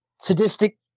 sadistic